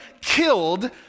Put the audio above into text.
killed